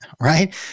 right